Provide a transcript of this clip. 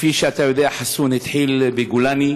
כפי שאתה יודע, חסון התחיל בגולני,